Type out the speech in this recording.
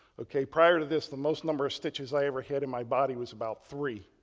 ok. prior to this the most number of stitches i ever had in my body was about three.